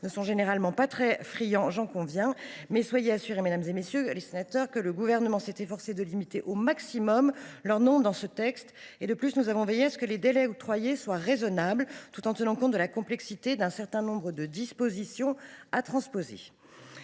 ne sont généralement pas très friands. J’en conviens, mais soyez assurés, mesdames, messieurs les sénateurs, que le Gouvernement s’est efforcé de limiter au maximum leur nombre dans ce texte. De plus, nous avons veillé à ce que les délais octroyés soient raisonnables, tout en tenant compte de la complexité d’un certain nombre de dispositions à transposer.